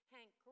Hank